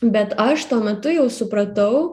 bet aš tuo metu jau supratau